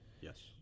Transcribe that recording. Yes